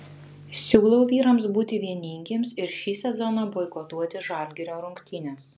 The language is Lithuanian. siūlau vyrams būti vieningiems ir šį sezoną boikotuoti žalgirio rungtynes